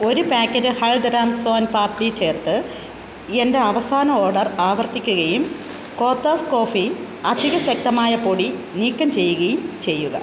ഒരു പാക്കറ്റ് ഹൽദ്റാംസ് സോൻ പാപ്ഡി ചേർത്ത് എന്റെ അവസാന ഓഡർ ആവർത്തിക്കുകയും കോത്താസ് കോഫി അധിക ശക്തമായ പൊടി നീക്കം ചെയ്യുകയും ചെയ്യുക